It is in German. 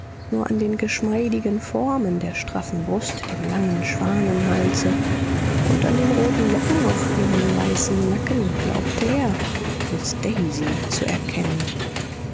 nur an den geschmeidigen formen der straffen brust dem langen schwanenhalse und an den roten locken auf ihrem weißen nacken glaubte er miß daisy zu erkennen